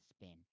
spin